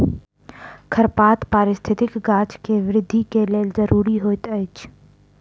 खरपात पारिस्थितिकी गाछ के वृद्धि के लेल ज़रूरी होइत अछि